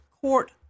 Court